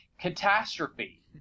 catastrophe